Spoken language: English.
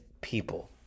people